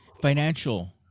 financial